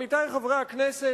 עמיתי חברי הכנסת,